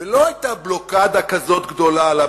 ולא היתה בלוקדה כזאת גדולה על הבנייה.